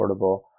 affordable